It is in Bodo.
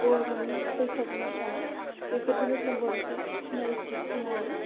बर'नि बैसागु मोसानाय बेफोरजोंनो जों बर'खौ सिनायथि होनो हायो